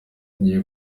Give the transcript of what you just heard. tugiye